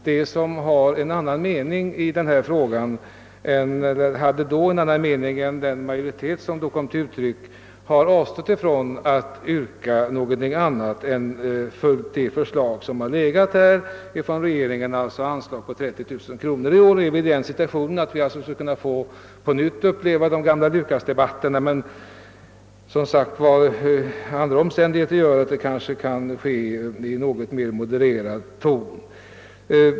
De som har en annan mening i denna fråga än den som 1963 kom till uttryck har avstått från att göra något annat än att följa det förslag som regeringen lagt fram, d.v.s. ett bibehållet anslag på 30 000 kronor. I år befinner vi oss i den situationen att vi skulle kunna få återuppleva de "gamla debatterna om S:t Lukasstiftelsen men andra omständigheter gör att detta kanske kan ske i en något mera modererad ton.